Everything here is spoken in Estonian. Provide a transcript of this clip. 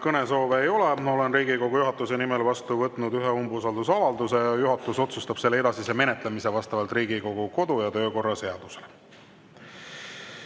Olen Riigikogu juhatuse nimel vastu võtnud ühe umbusaldusavalduse, juhatus otsustab selle edasise menetlemise vastavalt Riigikogu kodu- ja töökorra seadusele.